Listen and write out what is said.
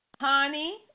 Honey